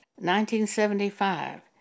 1975